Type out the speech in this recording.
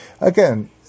Again